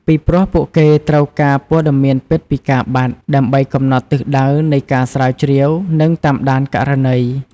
ពីព្រោះ ពួកគេត្រូវការព័ត៌មានពិតពីការបាត់ ដើម្បីកំណត់ទិសដៅនៃការស្រាវជ្រាវ និងតាមដានករណី។